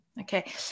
Okay